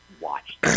watch